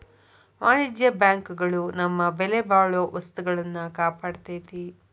ವಾಣಿಜ್ಯ ಬ್ಯಾಂಕ್ ಗಳು ನಮ್ಮ ಬೆಲೆಬಾಳೊ ವಸ್ತುಗಳ್ನ ಕಾಪಾಡ್ತೆತಿ